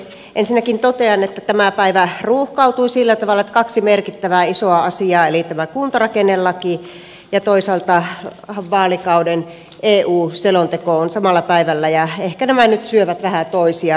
ensinnäkin totean että tämä päivä ruuhkautui sillä tavalla että kaksi merkittävää isoa asiaa eli tämä kuntarakennelaki ja toisaalta vaalikauden eu selonteko ovat samalla päivällä ja ehkä nämä nyt syövät vähän toisiaan